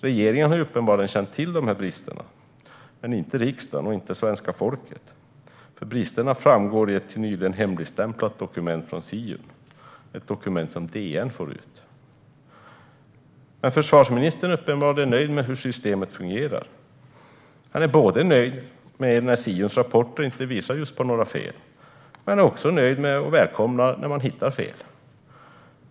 Regeringen har uppenbarligen känt till dessa brister men inte riksdagen och svenska folket, för bristerna framgår i ett till nyligen hemligstämplat dokument från Siun - ett dokument som DN fått ut. Men försvarsministern är uppenbarligen nöjd med hur systemet fungerar. Han är nöjd med att Siuns rapporter inte visar på några fel. Han är också nöjd och välkomnar när fel hittas.